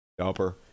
Dumper